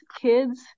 kids